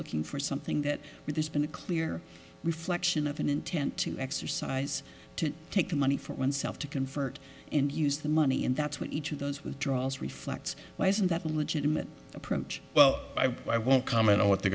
looking for something that there's been a clear reflection of an intent to exercise to take the money for oneself to convert and use the money and that's what each of those withdrawals reflects why isn't that a legitimate approach well i won't comment on what the